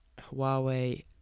Huawei